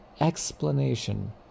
explanation